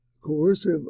coercive